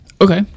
Okay